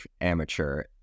amateur